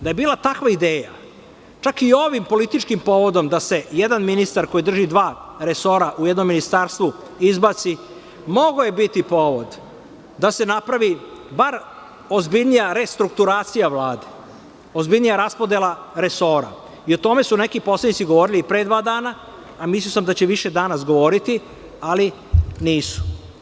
Da je bila takva ideja, čak i ovim političkim povodom, da se jedan ministar koji drži dva resora u jednom ministarstvu izbaci, mogao je biti povod da se napravi ozbiljnija restrukturacija Vlade, ozbiljnija raspodela resora, i o tome su neki poslanici govorili i pre dva dana, a mislio sam da će više danas govoriti, ali nisu.